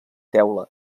teula